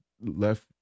left